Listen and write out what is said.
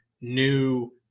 new